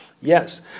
Yes